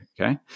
okay